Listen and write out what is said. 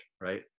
right